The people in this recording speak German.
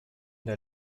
der